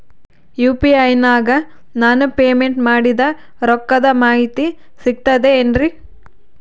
UPI ನಾಗ ನಾನು payment ಮಾಡಿದ ರೊಕ್ಕದ ಮಾಹಿತಿ ಸಿಕ್ತದೆ ಏನ್ರಿ?